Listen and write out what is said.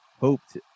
hoped